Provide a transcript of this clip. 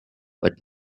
but